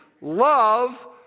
love